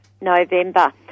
November